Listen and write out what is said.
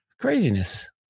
craziness